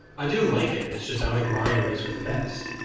i do like it? it's just i like mario raceway the best